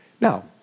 Now